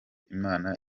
imana